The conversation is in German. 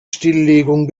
stilllegung